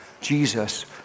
Jesus